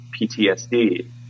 PTSD